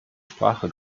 sprache